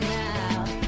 now